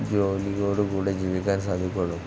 ജോലിയോടുകൂടെ ജീവിക്കാൻ സാധിക്കുകയുള്ളൂ